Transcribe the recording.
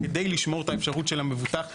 כדי לשמור את האפשרות של המבוטח שיידע.